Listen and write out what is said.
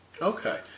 Okay